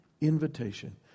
invitation